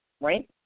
right